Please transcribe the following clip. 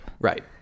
Right